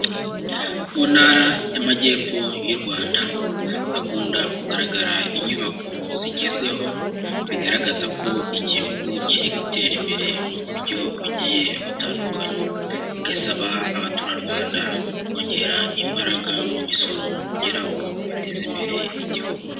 Mu ntara y'Amajyepfo y'u Rwanda, hakunda kugaragara inyubako zigezweho bigaragaza ko igihugu kiri gutera imbere mu buryo bugiye butandukanye, bigasaba abaturarwanda kongera imbaraga mu misoro kugira ngo bateze imbere igihugu.